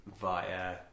via